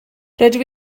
rydw